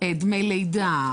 דמי לידה,